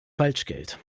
falschgeld